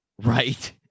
Right